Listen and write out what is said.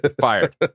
Fired